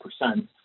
percent